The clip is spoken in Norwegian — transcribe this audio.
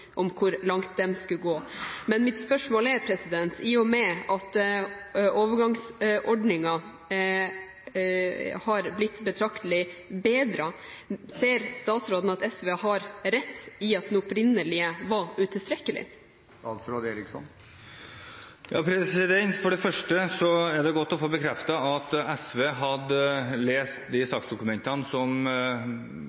med at overgangsordningen er blitt betraktelig bedret, ser statsråden at SV har rett i at den opprinnelige var utilstrekkelig? For det første er det godt å få bekreftet at SV hadde lest de saksdokumentene som